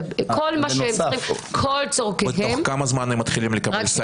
כל צרכיהם --- תוך כמה זמן הם מתחילים לקבל סל קליטה?